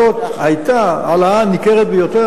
ההעלאה הזאת היתה ההעלאה הניכרת ביותר,